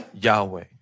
Yahweh